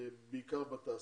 בעיקר בתעסוקה.